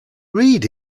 read